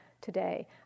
today